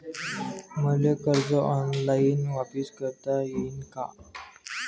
मले कर्ज ऑनलाईन वापिस करता येईन का?